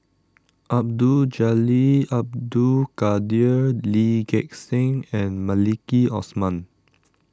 Abdul Jalil Abdul Kadir Lee Gek Seng and Maliki Osman